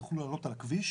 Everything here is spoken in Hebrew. יוכלו לעלות על הכביש